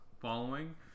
following